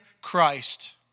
Christ